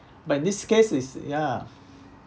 but in this case is ya